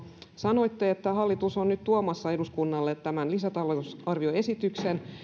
sanoitte että hallitus on nyt tuomassa eduskunnalle tämän lisätalousarvioesityksen